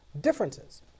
differences